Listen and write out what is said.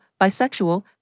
bisexual